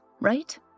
right